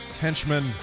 henchman